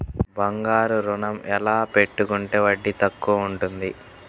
బంగారు ఋణం ఎలా పెట్టుకుంటే వడ్డీ తక్కువ ఉంటుంది?